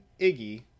Iggy